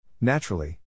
Naturally